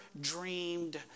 dreamed